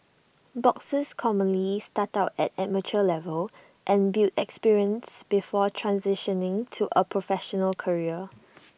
boxers commonly start out at amateur level and build experience before transitioning to A professional career